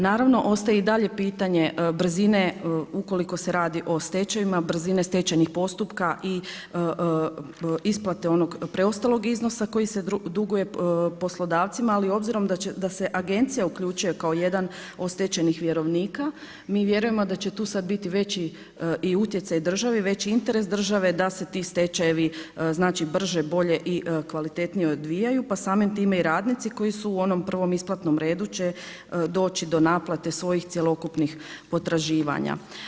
Naravno ostaje i dalje pitanje brzine ukoliko se radi o stečajevima, brzine stečajnih postupka i isplate onog preostalog iznosa koji se duguje poslodavcima, ali obzirom da se agencija uključuje kao jedan od stečajnih vjerovnika, mi vjerujemo da će tu sada biti veći i utjecaj države i veći interes države da se ti stečajevi brže, bolje i kvalitetnije odvijaju pa samim time i radnici koji su u onom prvom isplatnom redu će doći do naplate svojih cjelokupnih potraživanja.